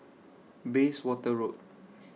Bayswater Road